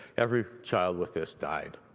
every child with this died.